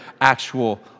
actual